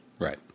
Right